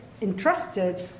entrusted